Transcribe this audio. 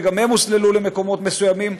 שגם הם הוסללו למקומות מסוימים,